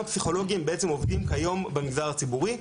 פסיכולוגים בעצם עובדים כיום במגזר הציבורי,